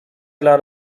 dla